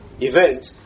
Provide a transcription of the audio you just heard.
event